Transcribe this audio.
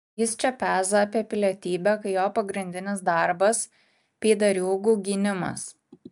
jis čia peza apie pilietybę kai jo pagrindinis darbas pydariūgų gynimas